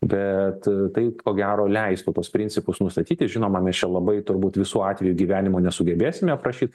bet tai ko gero leistų tuos principus nustatyti žinoma mes čia labai turbūt visų atvejų gyvenimo nesugebėsime aprašyt